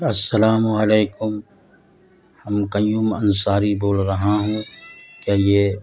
السلام علیکم ہم قیوم انصاری بول رہا ہوں کیا یہ